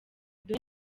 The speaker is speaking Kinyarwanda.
dore